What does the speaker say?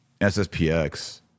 SSPX